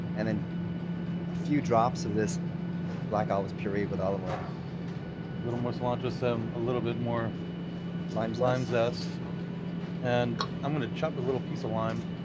and then a few drops of this black olive puree with olive oil a little more cilantro stem, a little bit more lime lime zest, and i'm going chop a little piece of lime,